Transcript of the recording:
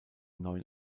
neuen